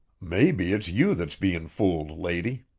maybe it's you that's bein' fooled, lady.